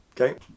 Okay